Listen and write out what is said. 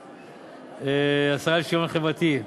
השרה לשוויון חברתי.